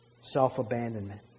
Self-abandonment